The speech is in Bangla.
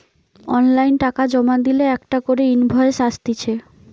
অনলাইন টাকা জমা দিলে একটা করে ইনভয়েস আসতিছে